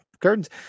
Curtains